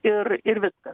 ir ir viskas